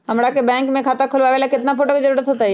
हमरा के बैंक में खाता खोलबाबे ला केतना फोटो के जरूरत होतई?